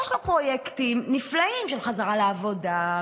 יש לו פרויקטים נפלאים של חזרה לעבודה,